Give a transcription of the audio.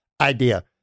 idea